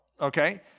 okay